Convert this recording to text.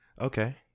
Okay